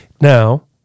Now